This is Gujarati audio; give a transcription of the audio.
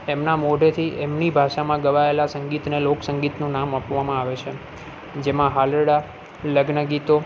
એમના મોઢેથી એમની ભાષામાં ગવાએલા સંગીતને લોક સંગીતનું નામ આપવામાં આવે છે જેમાં હાલરડા લગ્ન ગીતો